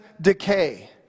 decay